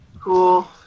Cool